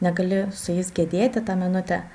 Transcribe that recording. negali su jais gedėti tą minutę